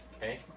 okay